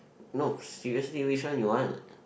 no seriously which one you want